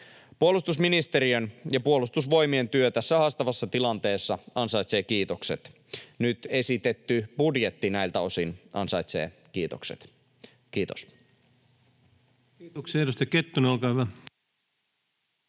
Puolustusministeriön ja puolustusvoimien työ tässä haastavassa tilanteessa ansaitsee kiitokset. Nyt esitetty budjetti näiltä osin ansaitsee kiitokset. — Kiitos.